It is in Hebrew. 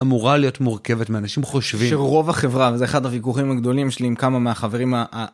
אמורה להיות מורכבת מאנשים חושבים שרוב החברה וזה אחד הוויכוחים הגדולים שלי עם כמה מהחברים.